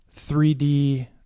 3d